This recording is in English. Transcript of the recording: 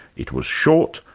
it was short,